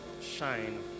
shine